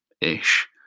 ish